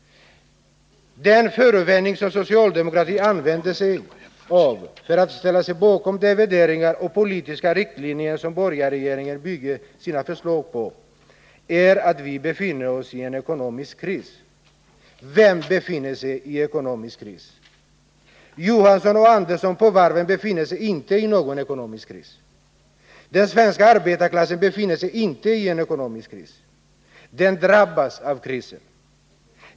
Den förevändning som socialdemokratin använder sig av, för att ställa sig bakom de värderingar och politiska riktlinjer som borgarregeringen bygger sina förslag på, är att vi befinner oss i en ekonomisk kris. Vem befinner sig i ekonomisk kris? Johansson och Andersson på varven befinner sig inte i någon ekonomisk kris. Den svenska arbetarklassen befinner sig inte i ekonomisk kris. Den drabbas av krisen.